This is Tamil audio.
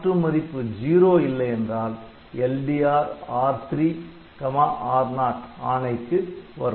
R2 மதிப்பு '0' இல்லையென்றால் LDR R3R0 ஆணைக்கு வரும்